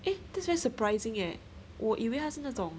eh thats very surprising leh 我以为他是那种